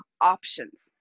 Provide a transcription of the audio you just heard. options